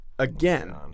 Again